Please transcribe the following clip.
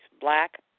black